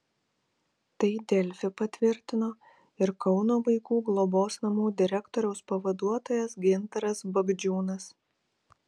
tai delfi patvirtino ir kauno vaikų globos namų direktoriaus pavaduotojas gintaras bagdžiūnas